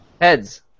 Heads